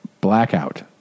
Blackout